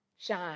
shine